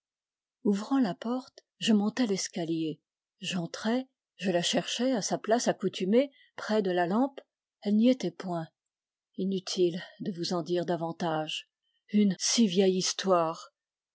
ouvrant la porte je montai l'escalier j'entrai je la cherchai à sa place accoutumée près de la lampe elle n'y était point inutile de vous en dire davantage une si vieille histoire